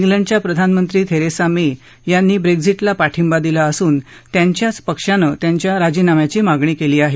क्लंडच्या प्रधानमंत्री Theresa May यांनी ब्रेक्झिटला पाठिंबा दिला असून त्यांच्याच पक्षाने त्यांच्या राजीनाम्याची मागणी केली आहे